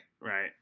right